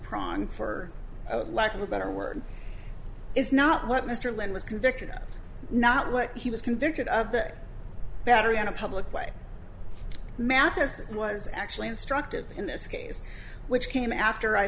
prong for lack of a better word is not what mr lindh was convicted of not what he was convicted of the battery in a public way matheson was actually instructive in this case which came after i